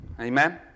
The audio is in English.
Amen